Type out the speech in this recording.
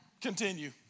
Continue